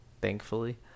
thankfully